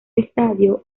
estadio